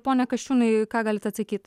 pone kasčiūnai ką galit atsakyt